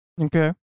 Okay